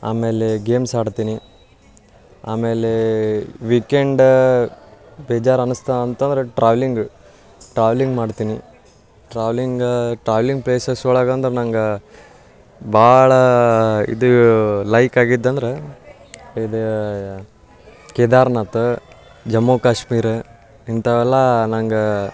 ಆಮೇಲೆ ಗೇಮ್ಸ್ ಆಡ್ತೀನಿ ಆಮೇಲೆ ವೀಕೆಂಡಾ ಬೇಜಾರು ಅನ್ನಿಸ್ತು ಅಂತಂದ್ರೆ ಟ್ರಾವ್ಲಿಂಗು ಟ್ರಾವ್ಲಿಂಗ್ ಮಾಡ್ತೀನಿ ಟ್ರಾವ್ಲಿಂಗಾ ಟ್ರಾವ್ಲಿಂಗ್ ಪ್ಲೇಸಸ್ ಒಳಗಂದ್ರೆ ನಂಗೆ ಭಾಳ ಇದು ಲೈಕ್ ಆಗಿದ್ದಂದ್ರೆ ಇದು ಕೇದಾರನಾಥ ಜಮ್ಮೂ ಕಾಶ್ಮೀರ ಇಂಥವೆಲ್ಲ ನಂಗೆ